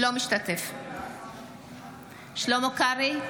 אינו משתתף בהצבעה שלמה קרעי,